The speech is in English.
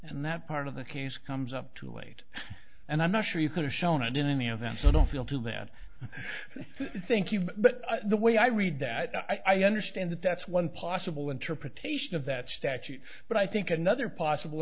and that part of the case comes up too late and i'm not sure you could have shown it in any event so don't feel too that i think you but the way i read that i understand that that's one possible interpretation of that statute but i think another possible